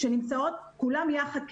שנמצאות כולן יחד כיחידה,